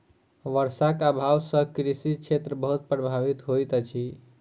वर्षाक अभाव सॅ कृषि क्षेत्र बहुत प्रभावित होइत अछि